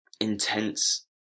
intense